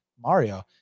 Mario